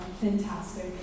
fantastic